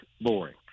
boring